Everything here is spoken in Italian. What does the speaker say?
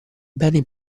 beni